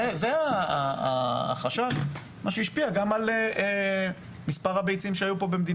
זה החשש אשר השפיע גם על מספר הביצים שהיה בישראל